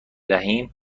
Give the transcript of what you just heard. دهیم